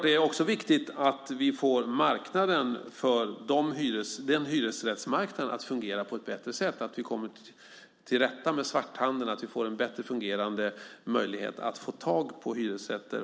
Det är också viktigt att vi får hyresrättsmarknaden att fungera på ett bättre sätt - att vi kommer till rätta med svarthandeln, att vi får bättre fungerande möjligheter att få tag på hyresrätter.